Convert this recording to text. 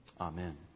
Amen